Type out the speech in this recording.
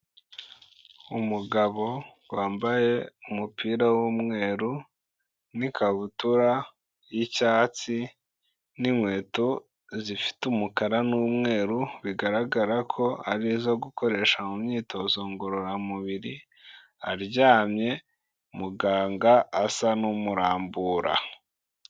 Umugabo wambaye umupira w'umweru n'ikabutura y'icyatsi n'inkweto zifite umukara n'umweru, bigaragara ko ari izo gukoresha mu myitozo ngororamubiri, aryamye muganga asa n'umurambura.